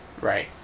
Right